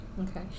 Okay